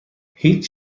هیچ